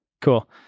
cool